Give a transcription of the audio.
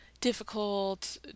difficult